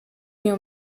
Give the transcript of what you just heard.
mir